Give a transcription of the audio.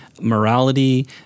morality